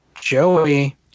Joey